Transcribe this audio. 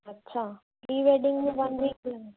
अछा pre wedding में one week लॻंदो